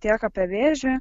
tiek apie vėžį